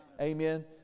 Amen